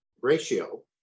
ratio